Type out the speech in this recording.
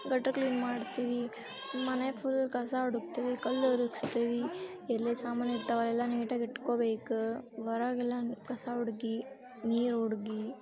ಗಟಾರ clean ಮಾಡ್ತೀವಿ ಮನೆ full ಕಸ ಒಡಗ್ತೀವಿ ಕಲ್ಲು ಒರಸ್ತೀವಿ ಎಲ್ಲೆಲ್ಲಿ ಸಾಮಾನು ಇರ್ತವೆ ಎಲ್ಲ ನೀಟಾಗಿ ಇಟ್ಕೋಬೇಕು ಹೊರಗೆಲ್ಲನು ಕಸ ಉಡುಗಿ ನೀರು ಉಡುಗಿ